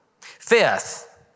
Fifth